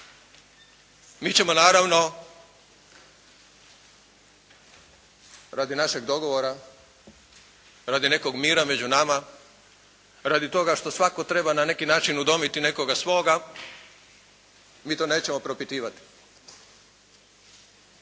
Mi ćemo naravno radi našeg dogovora, radi nekog mira među nama, radi toga što svatko treba na neki način udomiti nekoga svoga mi to nećemo propitivati.